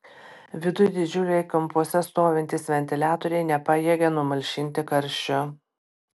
viduj didžiuliai kampuose stovintys ventiliatoriai nepajėgė numalšinti karščio